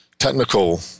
technical